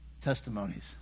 testimonies